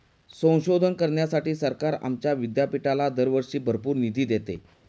संशोधन करण्यासाठी सरकार आमच्या विद्यापीठाला दरवर्षी भरपूर निधी देते